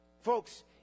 Folks